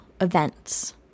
Events